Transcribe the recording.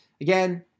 Again